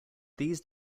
these